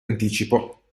anticipo